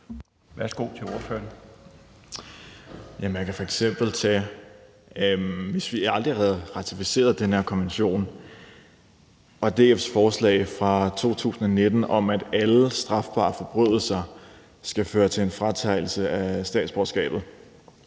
Mads Olsen (SF): Man kan tage det eksempel, at hvis vi aldrig havde ratificeret den her konvention og havde haft DF's forslag fra 2019 om, at alle strafbare forbrydelser skal føre til en fratagelse af statsborgerskabet,